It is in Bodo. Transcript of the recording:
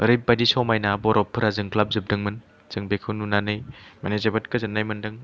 ओरैबायदि समायना बरफफोरा जोंख्लाबजोबदोंमोन जों बेखौ नुनानै माने जोबोद गोजोननाय मोनदों